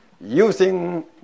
using